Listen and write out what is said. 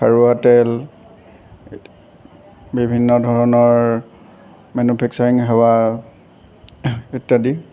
খাৰুৱা তেল বিভিন্ন ধৰণৰ মেনুফেক্সাৰিং সেৱা ইত্যাদি